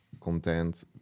content